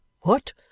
What